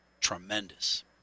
tremendous